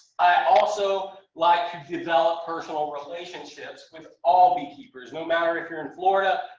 i also like to develop personal relationships with all beekeepers, no matter if you're in florida,